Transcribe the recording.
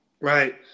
Right